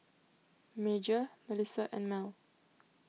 Major Melissa and Mell